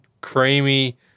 creamy